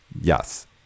Yes